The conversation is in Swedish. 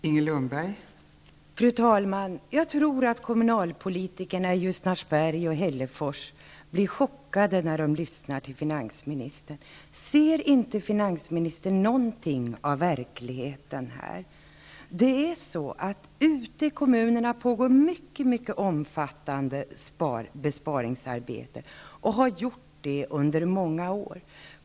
Fru talman! Jag tror att kommunalpolitikerna i Ljusnarsberg och Hällefors blir chockade när de lyssnar till finansministern. Ser hon inte någonting av verkligheten? Ute i kommunerna pågår ett mycket omfattande besparingsarbete, som har pågått under många år.